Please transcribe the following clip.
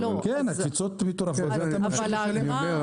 הקפיצות מטורפות ואתה ממשיך לשלם.